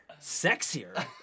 Sexier